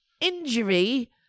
injury